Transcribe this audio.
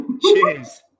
Cheers